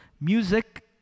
music